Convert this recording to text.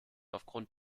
aufgrund